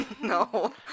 No